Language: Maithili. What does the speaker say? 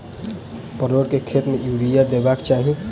परोर केँ खेत मे यूरिया देबाक चही?